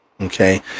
okay